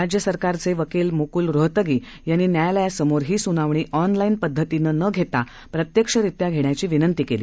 राज्य सरकारचेवकिलमुकुलरोहतगीयांनीन्यायालयासमोरही सुनावणीऑनलाईनपद्धतीनंनघेताप्रत्यक्षरित्याघेण्याची विनंतीकेली